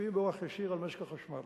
שמשפיעים באורח ישיר על משק החשמל.